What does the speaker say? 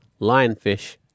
lionfish